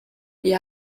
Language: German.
wir